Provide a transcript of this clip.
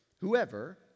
whoever